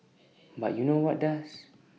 but you know what does